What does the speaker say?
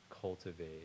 cultivate